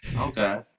Okay